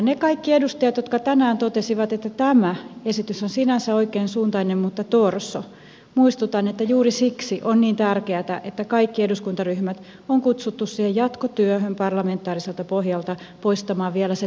niitä kaikkia edustajia jotka tänään totesivat että tämä esitys on sinänsä oikeansuuntainen mutta torso muistutan että juuri siksi on niin tärkeätä että kaikki eduskuntaryhmät on kutsuttu siihen jatkotyöhön parlamentaariselta pohjalta poistamaan vielä se torsouskin